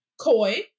Koi